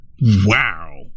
Wow